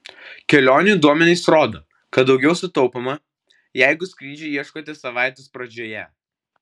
kelionių duomenys rodo kad daugiau sutaupoma jeigu skrydžių ieškote savaitės pradžioje